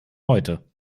heute